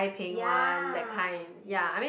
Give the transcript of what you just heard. ya ya